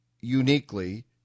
uniquely